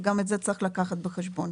וגם את זה צריך לקחת בחשבון.